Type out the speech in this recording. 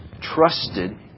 trusted